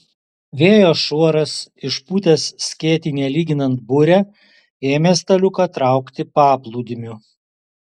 vėjo šuoras išpūtęs skėtį nelyginant burę ėmė staliuką traukti paplūdimiu